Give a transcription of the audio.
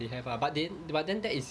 they have lah but then but then that is